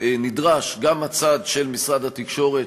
נדרש גם הצד של משרד התקשורת,